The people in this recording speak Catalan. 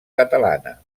catalana